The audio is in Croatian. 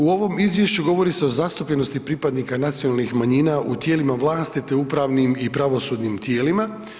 U ovom izvješću govori se o zastupljenosti pripadnika nacionalnih manjina u tijelima vlasti te upravnim i pravosudnim tijelima.